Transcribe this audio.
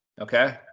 Okay